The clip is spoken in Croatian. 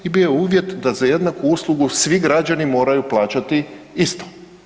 I bio je uvjet da za jednaku uslugu svi građani moraju plaćati isto.